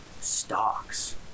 stocks